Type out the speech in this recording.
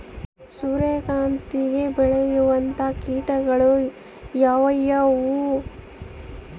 ಸೂರ್ಯಕಾಂತಿಗೆ ಬೇಳುವಂತಹ ಕೇಟಗಳು ಯಾವ್ಯಾವು?